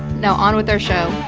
now, on with our show.